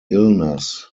illness